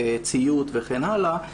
וכן הלאה.